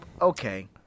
okay